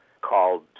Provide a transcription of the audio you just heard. called